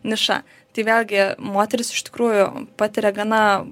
niša tai vėlgi moterys iš tikrųjų patiria gana